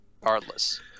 regardless